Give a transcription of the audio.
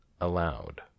allowed